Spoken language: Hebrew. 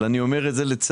אבל אני אומר לצערי,